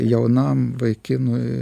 jaunam vaikinui